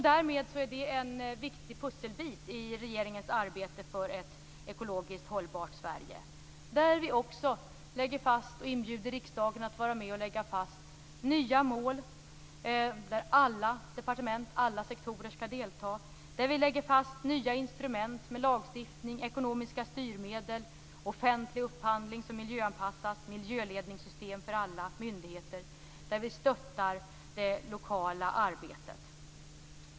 Därmed är detta en viktig pusselbit i regeringens arbete för ett ekologiskt hållbart Sverige. Vi inbjuder riksdagen att vara med och lägga fast nya mål där alla departement och sektorer skall delta, nya instrument med lagstiftning och ekonomiska styrmedel, med miljöanpassad offentlig upphandling, med miljöledningssystem för alla myndigheter och där vi stöttar det lokala arbetet.